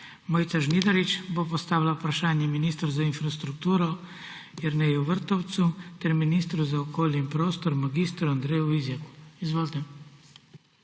Mojca Žnidarič bo postavila vprašanje ministru za infrastrukturo Jerneju Vrtovcu ter ministru za okolje in prostor mag. Andreju Vizjaku. Izvolite.